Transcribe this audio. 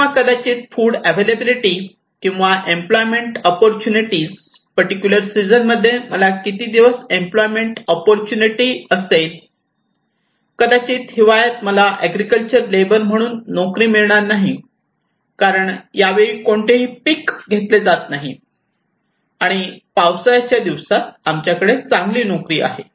किंवा कदाचित food availability किंवा एम्प्लॉयमेंट ओप्पोर्तूनिटी पर्टिक्युलर सीजन मध्ये मला किती दिवस एम्प्लॉयमेंट ओप्पोर्तूनिटी असेल कदाचित हिवाळ्यात मला एग्रीकल्चर लेबर म्हणून नोकरी मिळणार नाही कारण यावेळी कोणीही पीक घेत नाही आणि पावसाळ्याच्या दिवसात आमच्याकडे चांगली नोकरी आहे